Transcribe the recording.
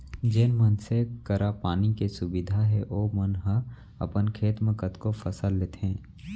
जेन मनसे करा पानी के सुबिधा हे ओमन ह अपन खेत म कतको फसल लेथें